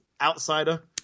outsider